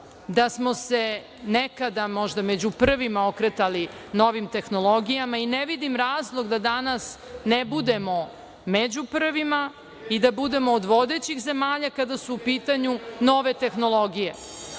da smo se nekada, možda među prvima okretali novim tehnologijama. Ne vidim razlog da danas ne budemo među prvima i da budemo od vodećih zemalja kada su u pitanju nove tehnologije. Da